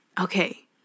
okay